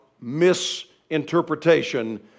misinterpretation